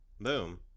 Boom